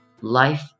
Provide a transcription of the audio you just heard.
life